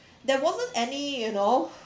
there wasn't any you know